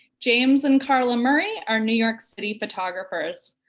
james and karla murray are new york city photographers.